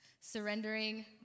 surrendering